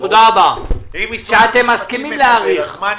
תודה רבה, שאתם מסכימים להאריך.